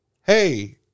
hey